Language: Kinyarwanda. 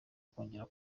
kongera